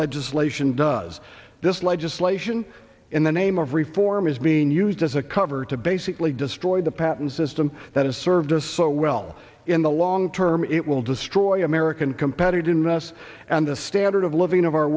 legislation does this legislation in the name of reform is being used as a cover to basic lee destroy the patent system that has served us so well in the long term it will destroy american competitiveness and the standard of living of